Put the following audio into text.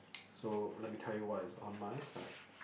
so let me tell you what is on my side